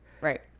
Right